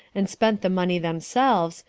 and spent the money themselves,